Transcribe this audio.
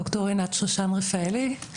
ד"ר עינת שושן רפאלי,